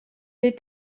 est